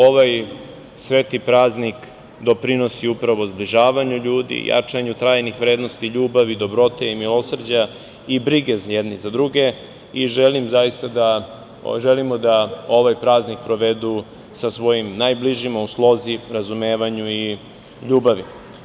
Ovaj sveti praznik doprinosi upravo zbližavanju ljudi i jačanju trajnih vrednosti, ljubavi, dobrote, milosrđa i brige jedni za druge i želimo zaista da ovaj praznik provedu sa svojim najbližima, u slozi, razumevanju i ljubavi.